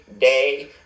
day